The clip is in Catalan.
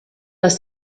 les